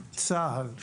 צה"ל,